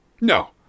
No